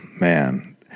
man